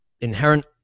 inherent